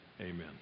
amen